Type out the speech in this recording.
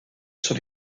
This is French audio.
sur